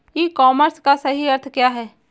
ई commerce का सही अर्थ क्या है?